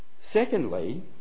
Secondly